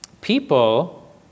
people